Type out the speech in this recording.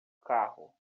carro